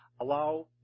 allow